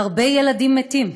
"הרבה ילדים מתים.